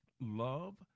Love